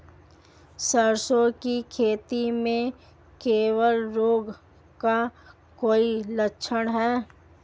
सरसों की खेती में कवक रोग का कोई लक्षण है?